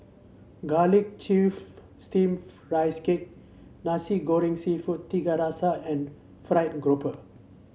garlic chive steamed Rice Cake Nasi Goreng seafood Tiga Rasa and fried grouper